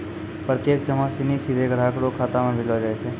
प्रत्यक्ष जमा सिनी सीधे ग्राहक रो खातो म भेजलो जाय छै